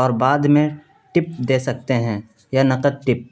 اور بعد میں ٹپ دے سکتے ہیں یا نقد ٹپ